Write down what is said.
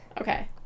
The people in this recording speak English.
Okay